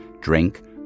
drink